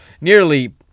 nearly